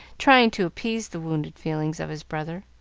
trying to appease the wounded feelings of his brother.